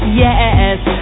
yes